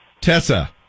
Tessa